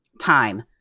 time